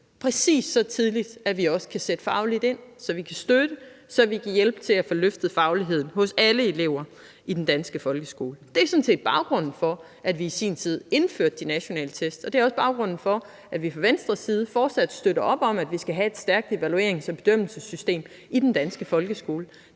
Præcis så tidligt, at vi også kan sætte fagligt ind, så vi kan støtte, og så vi kan hjælpe til at få løftet fagligheden hos alle elever i den danske folkeskole. Det er sådan set baggrunden for, at vi i sin tid indførte de nationale test, og det er også baggrunden for, at vi fra Venstres side fortsat støtter op om, at vi skal have et stærkt evaluerings- og bedømmelsessystem i den danske folkeskole.